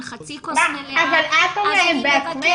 חצי כוס מלאה --- אבל את אומרת בעצמך.